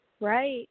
Right